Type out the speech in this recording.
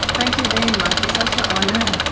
thank you very much, it's such an honour.